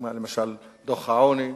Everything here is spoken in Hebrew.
כמו למשל דוח העוני.